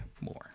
more